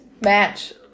match